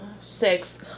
Six